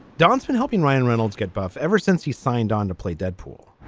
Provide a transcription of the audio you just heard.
don's been helping ryan reynolds get buff ever since he signed on to play deadpool